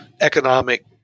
economic